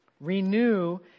renew